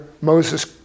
Moses